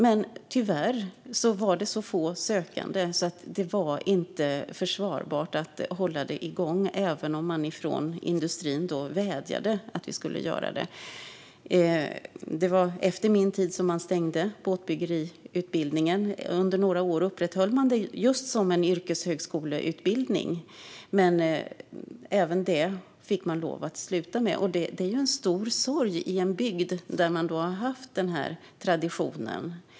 Men tyvärr var det så få sökande att det inte var försvarbart att hålla igång skolan, även om man från industrin vädjade om att vi skulle göra det. Det var efter min tid som båtbyggeriutbildningen lades ned. Under några år upprätthöll man den som just en yrkeshögskoleutbildning. Men även det fick man sluta med. Det var en stor sorg i en bygd med denna tradition.